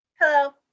Hello